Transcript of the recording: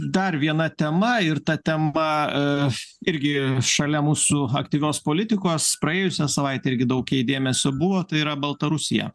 dar viena tema ir ta tema irgi šalia mūsų aktyvios politikos praėjusią savaitę irgi daug jai dėmesio buvo tai yra baltarusija